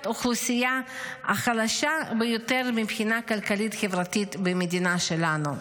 האוכלוסייה החלשה ביותר מבחינה כלכלית-חברתית במדינה שלנו.